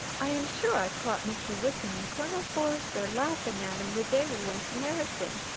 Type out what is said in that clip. i am sure i caught mr. wickham and colonel forster laughing at him the day we went to meryton.